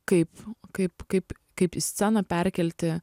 kaip kaip kaip kaip į sceną perkelti